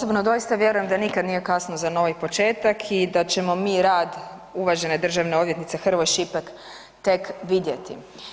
Osobno doista vjerujem da nikada nije kasno za novi početak i da ćemo mi rad uvažene državne odvjetnice Hrvoje Šipek tek vidjeti.